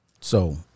So-